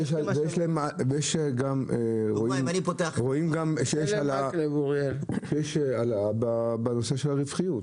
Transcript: מאוד ורואים גם שיש העלאה בנושא של הרווחיות,